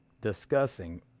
discussing